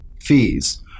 Fees